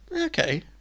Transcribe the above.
Okay